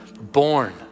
born